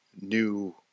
new